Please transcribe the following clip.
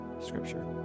Scripture